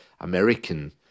American